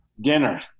dinner